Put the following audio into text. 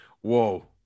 whoa